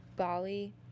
Bali